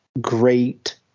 great